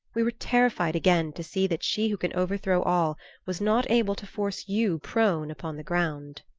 we were terrified again to see that she who can overthrow all was not able to force you prone upon the ground.